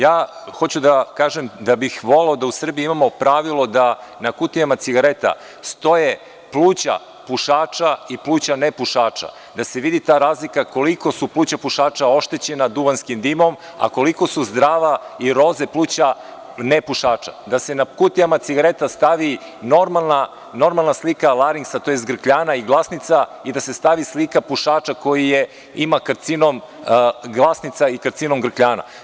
Ja hoću da vam kažem da bih voleo da u Srbiji imamo pravilo da na kutijama cigareta stoje pluća pušača i pluća nepušača, da se vidi ta razlika koliko su pluća pušača oštećena duvanskim dimom a koliko su zdrava i roze pluća ne pušača, da se na kutijama cigareta stavi normalna slika laringsa, tj. grkljana i glasnica i da se stavi slika pušača koji ima karcinom glasnica i karcinom grkljana.